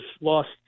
lost